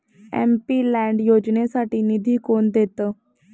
MP LAD योजनेसाठी निधी कोण देतं?